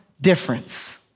difference